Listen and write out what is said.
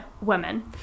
women